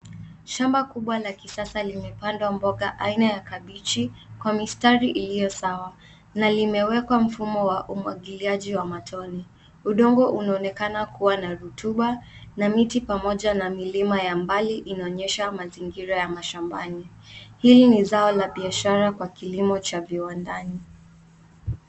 Shamba kubwa la kisasa limepandwa mboga aina ya kabichi kwa mistari iliyo sawa na limewekwa mfumo wa umwagiliaji wa matone. Udongo unaonekana kuwa na rutuba na miti pamoja na milima ya mbali inaonyesha mazingira ya mashambani. Hili ni zao la biashara kwa kilimo cha viwandani.